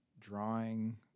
drawing